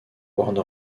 warner